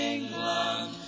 England